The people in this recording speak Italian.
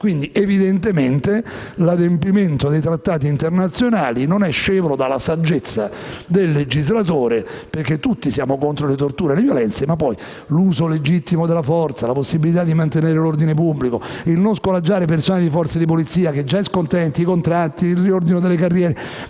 quarta. Evidentemente l'adempimento dei trattati internazionali non è scevro dalla saggezza del legislatore. Tutti siamo contro le torture e le violenze, ma è bene avere a mente l'uso legittimo della forza, la possibilità di mantenere l'ordine pubblico, il non scoraggiare il personale delle forze di polizia che già è scontento per i contratti, per il riordino delle carriere,